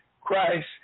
Christ